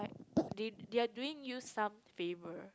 they they are doing you some favour